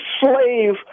slave